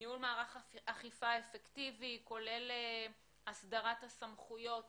ניהול מערך אכיפה אפקטיבי, כולל הסדרת הסמכויות